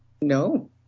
No